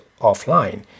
offline